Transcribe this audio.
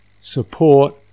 support